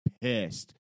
pissed